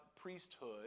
priesthood